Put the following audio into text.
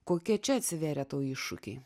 kokie čia atsivėrė tau iššūkiai